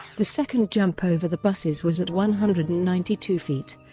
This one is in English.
the second jump over the buses was at one hundred and ninety two feet,